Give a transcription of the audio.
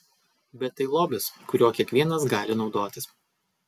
bet tai lobis kuriuo kiekvienas gali naudotis